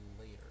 later